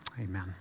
amen